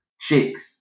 chicks